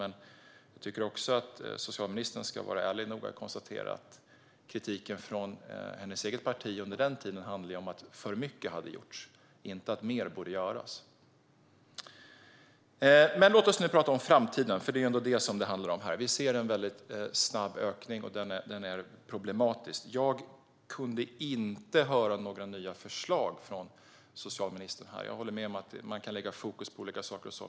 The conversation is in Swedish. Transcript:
Men jag tycker också att socialministern ska vara ärlig nog att konstatera att kritiken från hennes eget parti under den tiden handlade om att för mycket hade gjorts, inte om att mer borde göras. Men låt oss nu prata om framtiden, för det är det som det handlar om. Vi ser en väldigt snabb ökning, och den är problematisk. Jag kunde inte höra några nya förslag från socialministern. Jag håller med om att man kan ha fokus på olika saker.